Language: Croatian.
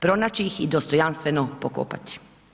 Pronaći ih i dostojanstveno pokopati.